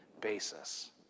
basis